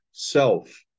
self